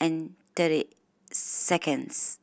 and thirty seconds